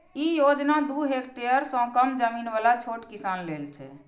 ई योजना दू हेक्टेअर सं कम जमीन बला छोट किसान लेल छै